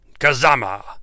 Kazama